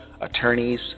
attorneys